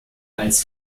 als